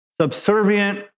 subservient